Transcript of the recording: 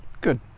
Good